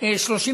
38